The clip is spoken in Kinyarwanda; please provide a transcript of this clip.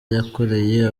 yakoreye